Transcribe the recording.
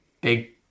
big